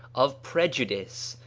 of prejudice,